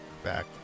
back